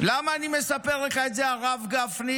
למה אני מספר לך את זה, הרב גפני?